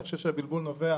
אני חושב שהבלבול נובע